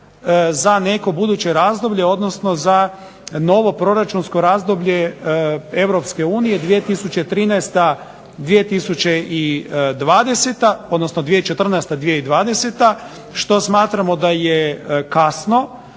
za neko buduće razdoblje, za novo proračunsko razdoblje Europske unije 2013. 2020. što smatramo da je kasno